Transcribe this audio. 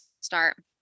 start